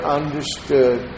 understood